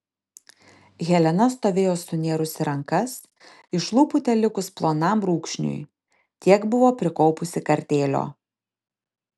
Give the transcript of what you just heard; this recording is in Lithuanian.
helena stovėjo sunėrusi rankas iš lūpų telikus plonam brūkšniui tiek buvo prikaupusi kartėlio